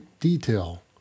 detail